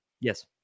Yes